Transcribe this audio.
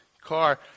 car